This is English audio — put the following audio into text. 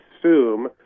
assume